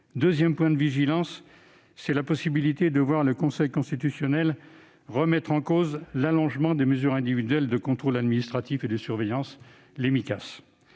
second point de vigilance porte sur la possibilité de voir le Conseil constitutionnel remettre en cause l'allongement des mesures individuelles de contrôle administratif et de surveillance, les Micas,